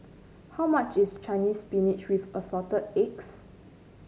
how much is Chinese Spinach with Assorted Eggs